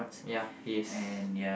ya he is